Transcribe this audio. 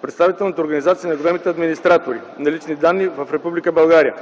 представителните организации на големите администратори на лични данни в